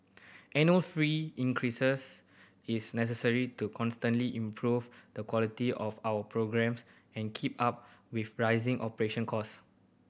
annual fee increase is necessary to constantly improve the quality of our programmes and keep up with rising operation cost